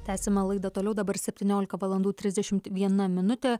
tęsiame laidą toliau dabar septyniolika valandų trisdešimt viena minutė